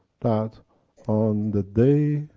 that on the day,